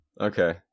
Okay